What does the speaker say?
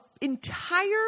entire